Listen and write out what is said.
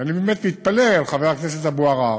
ואני באמת מתפלא על חבר הכנסת אבו עראר,